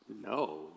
no